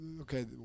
Okay